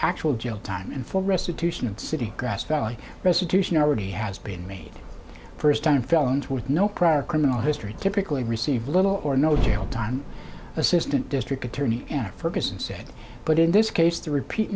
actual jail time and for restitution and city grass valley restitution already has been made the first time felons with no prior criminal history typically receive little or no jail time assistant district attorney and ferguson said but in this case the repeat